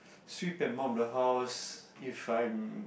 sweep and mop the house if I